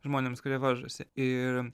žmonėms kurie varžosi ir